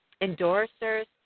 endorsers